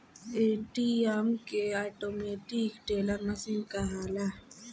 ATM के automatic teller machine कहाला